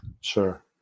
Sure